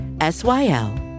S-Y-L